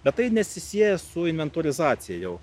bet tai nesisieja su inventorizacija jau